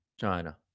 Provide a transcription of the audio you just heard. China